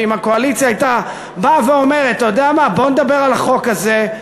ואם הקואליציה הייתה אומרת: בואו נדבר על החוק הזה,